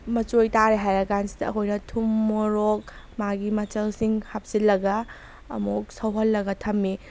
ꯃꯆꯣꯏ ꯇꯥꯔꯦ ꯍꯥꯏꯔ ꯀꯥꯟꯁꯤꯗ ꯑꯩꯈꯣꯏꯅ ꯊꯨꯝ ꯃꯣꯔꯣꯛ ꯃꯥꯒꯤ ꯃꯆꯜꯁꯤꯡ ꯍꯥꯞꯆꯤꯜꯂꯒ ꯑꯃꯨꯛ ꯁꯧꯍꯜꯂꯒ ꯊꯝꯃꯤ